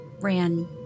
ran